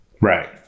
Right